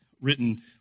written